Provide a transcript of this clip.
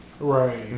Right